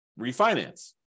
refinance